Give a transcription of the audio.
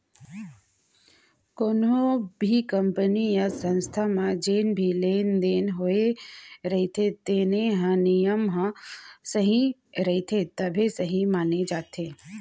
कोनो भी कंपनी य संस्था म जेन भी लेन देन होए रहिथे तेन ह नियम म सही रहिथे तभे सहीं माने जाथे